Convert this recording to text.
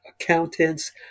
accountants